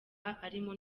arimo